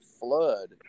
flood